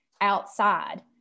outside